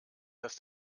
dass